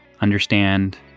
understand